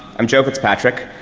i'm joe fitzpatrick,